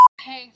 hey